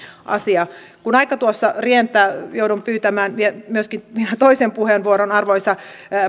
asia kun aika tuossa rientää joudun pyytämään myöskin toisen puheenvuoron arvoisa